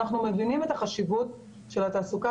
אנחנו מבינים את החשיבות של התעסוקה